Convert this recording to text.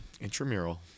Intramural